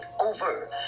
over